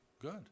good